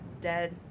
Dead